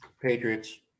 Patriots